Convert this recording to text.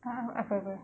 apa apa